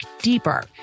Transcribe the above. deeper